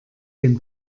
dem